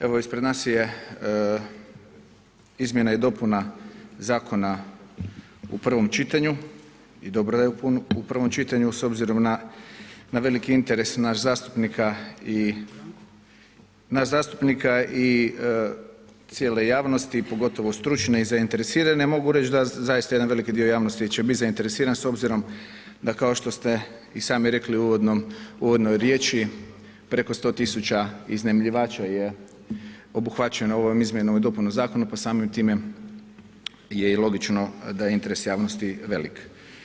Evo ispred nas je izmjena i dopuna zakona u prvom čitanju i dobro da je u prvom čitanju s obzirom na veliki interes nas zastupnika i cijele javnosti pogotovo stručne i zainteresirane, mogu reći da zaista jedan veliki dio javnosti će biti zainteresiran s obzirom da kao što ste i sami rekli u uvodnoj riječi, preko 100 000 iznajmljivača je obuhvaćeno ovom izmjenom i dopunom zakona, pa samim time je i logično da je interes javnosti velik.